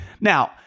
Now